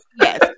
Yes